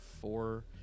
four